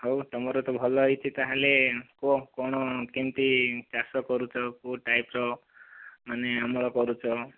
ହେଉ ତୁମର ତ ଭଲ ହୋଇଛି ତା'ହେଲେ କୁହ କ'ଣ କେମିତି ଚାଷ କରୁଛ କେଉଁ ଟାଇପର ମାନେ ଅମଳ କରୁଛ